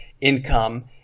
income